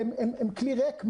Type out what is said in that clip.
הם כלי ריק?